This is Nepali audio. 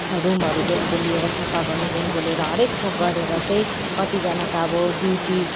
रूमहरूदेखिको लिएर सफा गर्नुदेखिको लिएर हरेक थोक गरेर चाहिँ कतिजना त अब ड्युटी